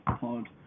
pod